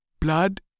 Blood